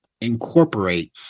incorporate